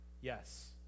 Yes